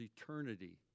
eternity